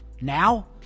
Now